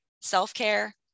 self-care